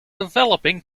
developing